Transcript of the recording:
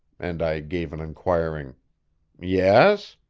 and i gave an inquiring yes?